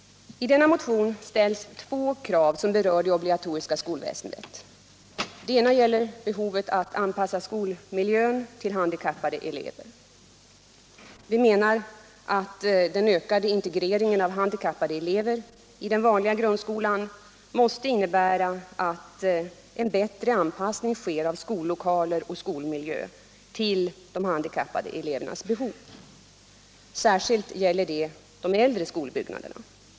I denna motion ställs två krav som berör det obligatoriska skolväsendet. Det ena gäller behovet att anpassa skolmiljön till handikappade elever. Vi menar att den ökande integreringen av handikappade elever i den vanliga grundskolan måste innebära att man bättre anpassar skollokaler och skolmiljö till de handikappade elevernas behov. Särskilt gäller detta de äldre skolbyggnaderna.